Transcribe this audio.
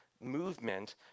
movement